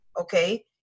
Okay